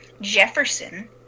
Jefferson